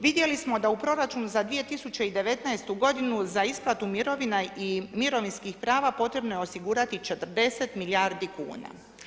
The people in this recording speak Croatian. Vidjeli smo da u proračun za 2019.-tu godinu za isplatu mirovina i mirovinskih prava potrebno je osigurati 40 milijardi kuna.